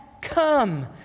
come